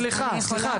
סליחה, סליחה.